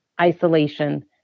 isolation